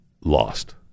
lost